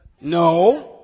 No